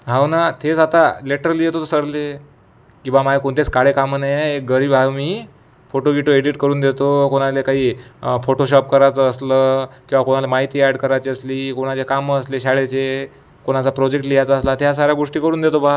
हो ना तेच आता लेटर लिहीत होतो सरले की ब्वा माझे कोणतेच काळे कामं नाही आहे एक गरीब आहे मी फोटोगिटो एडिट करून देतो कोणाला काही फोटोशॉप करायचं असलं किंवा कोणाला माहिती ॲड करायची असली कोणाचे कामं असले शाळेचे कोणाचा प्रोजेक्ट लिहायचा असला त्या साऱ्या गोष्टी करून देतो ब्वा